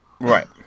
Right